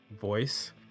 voice